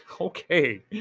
okay